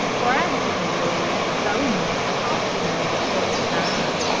for i have enjoyed so much talking over old times,